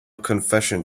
confession